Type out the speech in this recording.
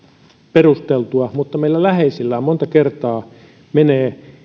perusteltua mutta meillä läheisillä monta kertaa menevät